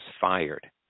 fired